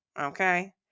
Okay